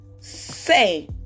say